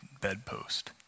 bedpost